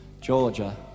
Georgia